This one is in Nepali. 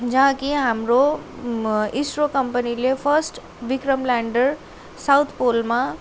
जहाँ कि हाम्रो इसरो कम्पनीले फर्स्ट विक्रम लेन्डर साउथ पोलमा